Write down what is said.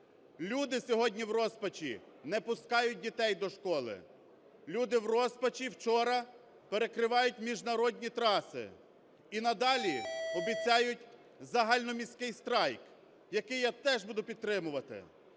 Люди сьогодні в розпачі не пускають дітей до школи. Люди в розпачі вчора перекривають міжнародні траси і надалі обіцяють загальноміський страйк, який я теж буду підтримувати.